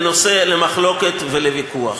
לנושא למחלוקת ולוויכוח.